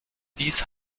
diese